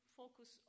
focus